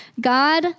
God